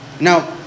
Now